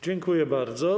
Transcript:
Dziękuję bardzo.